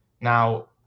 Now